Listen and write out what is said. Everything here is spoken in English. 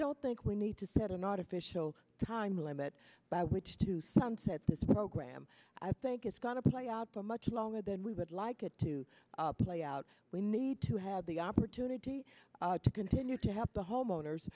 don't think we need to set an artificial time limit by which to sunset this program i think it's going to play out for much longer than we would like it to play out we need to have the opportunity to continue to help the homeowners